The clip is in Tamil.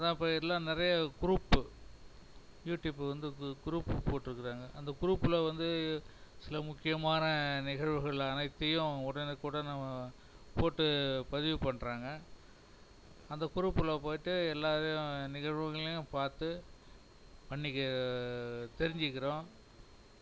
அதான் இப்போ எல்லா நிறைய குரூப்பு யூடியூப்பு வந்து இப்போ குரூப்பு போட்டுருக்குறாங்க அந்த குரூப்பில் வந்து சில முக்கியமான நிகழ்வுகள் அனைத்தையும் உடனுக்குடன் அவங்க போட்டு பதிவு பண்ணுறாங்க அந்த குரூப்பில் போய்ட்டு எல்லா இதையும் நிகழ்வுகளையும் பார்த்து அன்னைக்கு தெரிஞ்சிக்கிறோம்